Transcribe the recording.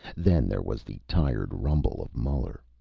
then there was the tired rumble of muller.